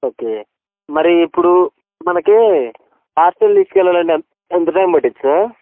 okay మరి ఇప్పుడు మనకి పార్సిల్ తీసుకెళ్లాలి అంటే ఎంత టైం పట్టిది సార్